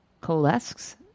Coalesces